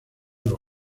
los